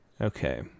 Okay